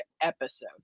episode